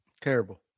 Terrible